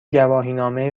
گواهینامه